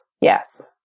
yes